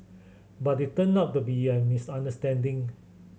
but it turned out to be a misunderstanding